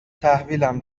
تحویلم